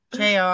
JR